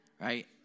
right